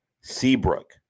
Seabrook